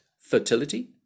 fertility